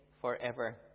forever